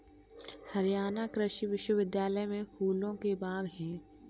हरियाणा कृषि विश्वविद्यालय में फूलों के बाग हैं